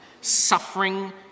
Suffering